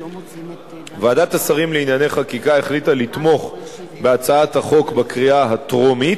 ועדת השרים לענייני חקיקה החליטה לתמוך בהצעת החוק בקריאה הטרומית,